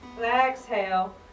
exhale